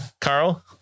Carl